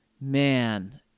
man